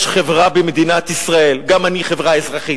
יש חברה במדינת ישראל, גם אני חברה אזרחית.